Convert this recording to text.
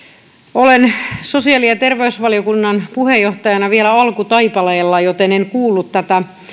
olen sosiaali ja terveysvaliokunnan puheenjohtajana vielä alkutaipaleella joten en kuullut tätä